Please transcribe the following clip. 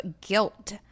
guilt